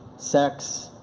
sex,